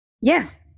Yes